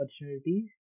opportunities